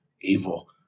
evil